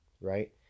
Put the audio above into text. right